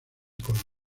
color